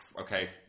okay